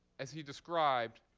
as he described,